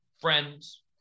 friends